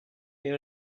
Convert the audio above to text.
your